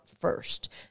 first